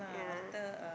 yeah